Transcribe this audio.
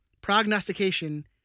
prognostication